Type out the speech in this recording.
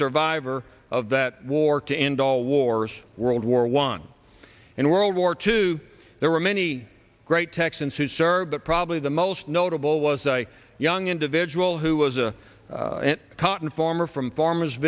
survivor of that war to end all wars world war one and world war two there were many great texans who serve but probably the most notable was a young individual who was a cotton farmer from farmers